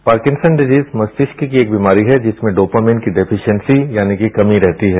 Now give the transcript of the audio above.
Parkinson disease मतिष्क की एक बीमारी है जिसमें डोपामेंट की डिफिसियन्सी यानी की कमी रहती है